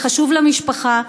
זה חשוב למשפחה,